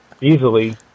Easily